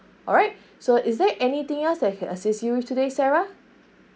alright so is there anything else that I can assist you today sarah